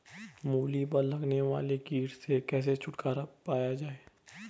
मूली पर लगने वाले कीट से कैसे छुटकारा पाया जाये?